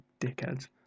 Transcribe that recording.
dickheads